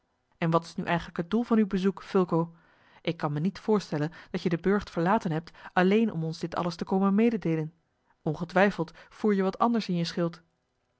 en wat is nu eigenlijk het doel van uw tocht fulco ik kan mij niet voorstellen dat gij den burcht verlaten hebt alleen om ons dit alles te komen mededeelen ongetwijfeld voert gij wat anders in uw schild